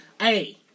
Hey